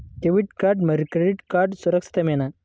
Debit card మరియు credit card సురక్షితమేనా?